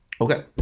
Okay